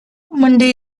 monday